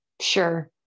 Sure